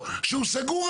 או שהוא לא יבנה.